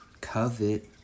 covet